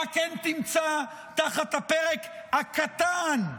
מה כן תמצא תחת הפרק הקטן,